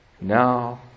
now